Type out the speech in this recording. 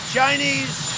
Chinese